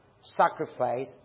sacrifice